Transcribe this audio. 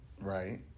Right